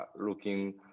looking